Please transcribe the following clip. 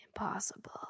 Impossible